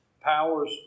powers